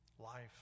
life